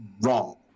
wrong